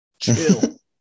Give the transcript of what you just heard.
Chill